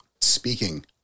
speaking